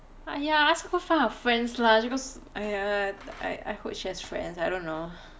!aiya! ask her go find her friends lah she got !aiya! I hope she has friends I don't know